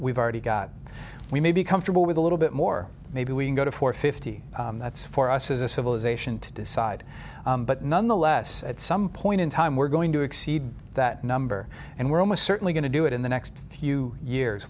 we've already got we may be comfortable with a little bit more maybe we can go to four fifty that's for us as a civilization to decide but nonetheless at some point in time we're going to exceed that number and we're almost certainly going to do it in the next few years